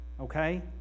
okay